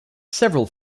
several